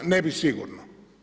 Ne bi sigurno.